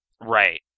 Right